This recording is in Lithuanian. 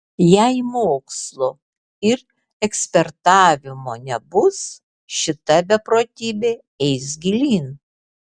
jei mokslo ir ekspertavimo nebus šita beprotybė eis gilyn